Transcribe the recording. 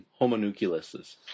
Homonucleuses